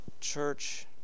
Church